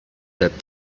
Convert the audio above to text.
that